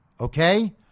Okay